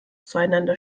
zueinander